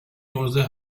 عرضه